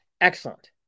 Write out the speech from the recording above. Excellent